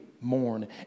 mourn